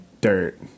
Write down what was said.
dirt